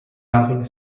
nothing